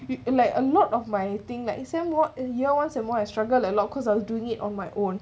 we like a lot of my thing like exam more and yes the more I struggle a lot cause I'll do it on my own